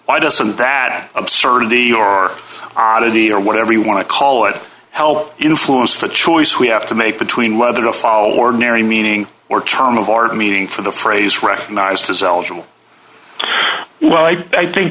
why doesn't that absurdity or oddity or whatever you want to call it hell influenced the choice we have to make between whether to follow ordinary meaning or term of art meeting for the phrase recognized as eligible well i i think